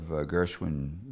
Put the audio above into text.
Gershwin